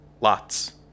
lots